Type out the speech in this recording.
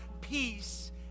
peace